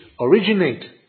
originate